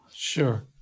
Sure